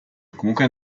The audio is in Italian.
comunque